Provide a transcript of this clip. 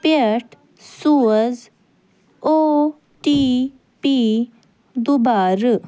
پٮ۪ٹھ سوز O T P دُبارٕ